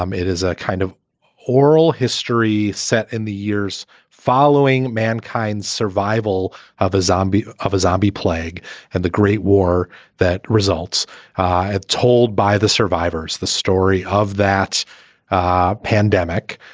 um it is a kind of oral history set in the years following mankind's survival of a zombie of a zombie plague and the great war that results are told by the survivors. the story of that ah pandemic,